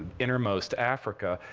innermost africa,